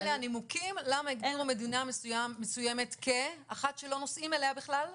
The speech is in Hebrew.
אלה הנימוקים למה הגדירו מדינה מסוימת כאחת שלא נוסעים אליה בכלל?